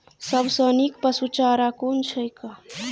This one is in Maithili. सबसँ नीक पशुचारा कुन छैक?